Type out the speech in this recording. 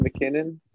mckinnon